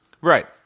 Right